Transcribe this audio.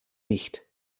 nicht